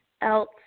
else